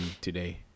today